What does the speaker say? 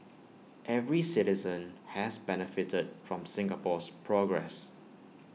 every citizen has benefited from Singapore's progress